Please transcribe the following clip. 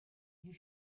you